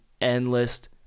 endless